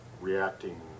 reacting